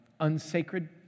unsacred